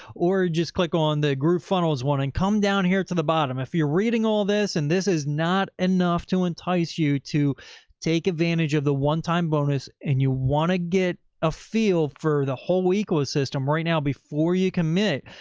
or just click on the groovefunnels wanting come down here to the bottom. if you're reading all this, and this is not enough to entice you to take advantage of the onetime bonus and you want to get a feel for the whole week or system right now, before you commit.